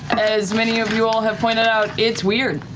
as many of you all have pointed out, it's weird.